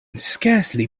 scarcely